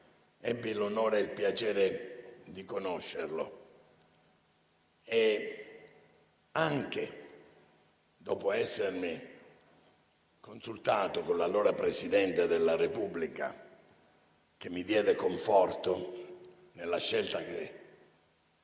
ebbi l'onore e il piacere di conoscerlo e, anche dopo essermi consultato con l'allora Presidente della Repubblica, che mi diede conforto nella scelta che